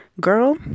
girl